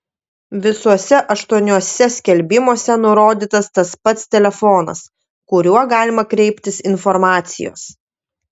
visuose aštuoniuose skelbimuose nurodytas tas pats telefonas kuriuo galima kreiptis informacijos